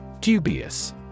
Dubious